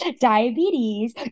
diabetes